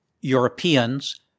Europeans